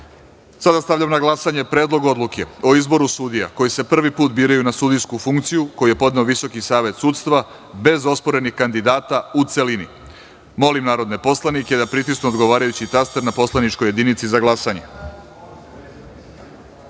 Palanci. Stavljam na glasanje Predlog odluke o izboru sudija koji se prvi put biraju na sudijsku funkciju, koji je podneo Visoki savet sudstva bez osporenih kandidata u celini. Molim narodne poslanike da pritisnu odgovarajući taster na poslaničkoj jedinici za